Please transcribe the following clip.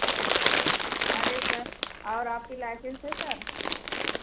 अरे सर और आपकी लाइसेंस है सर